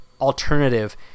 alternative